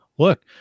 look